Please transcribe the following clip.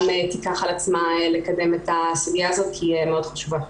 תיקח על עצמה לקדם את הסוגייה הזאת כי היא מאוד חשובה.